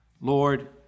Lord